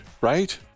right